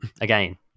Again